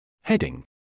Heading